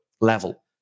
level